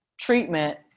treatment